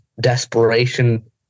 desperation